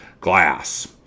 Glass